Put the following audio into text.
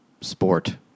sport